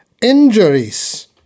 Injuries